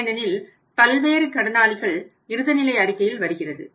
ஏனெனில் பல்வேறு கடனாளிகள் இறுதிநிலை அறிக்கையில் வருகிறது